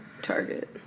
Target